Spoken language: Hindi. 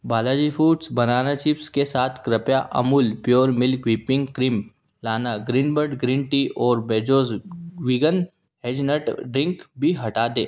बालाजी फूड्स बनाना चिप्स के साथ कृपया Amul pure milk whipping cream लाना ग्रीनबर्ड ग्रीन टी और बोर्जेस वीगन हेज़लनट ड्रिंक भी हटा दें